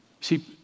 See